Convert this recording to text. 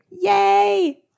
Yay